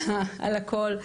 על הכול,